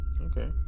Okay